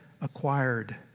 acquired